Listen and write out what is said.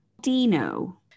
Dino